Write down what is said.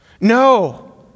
No